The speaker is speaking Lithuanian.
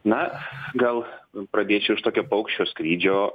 na gal pradėčiau iš tokio paukščio skrydžio